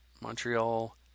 Montreal